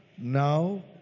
Now